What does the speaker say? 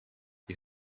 you